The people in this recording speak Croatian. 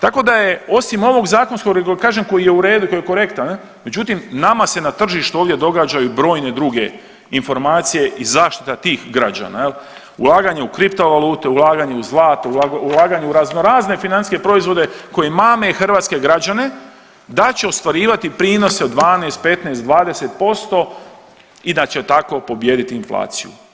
Tako da je osim ovog zakonskog kažem koji je u redu koji je korektan, međutim nama se na tržištu ovdje događaju brojne druge informacije i zaštita tih građana jel ulaganja u kripto valute, ulaganje u zlato, ulaganje u raznorazne financijske proizvode koji mame hrvatske građane da će ostvarivati prinose od 12, 15, 20% i da će tako pobijediti inflaciju.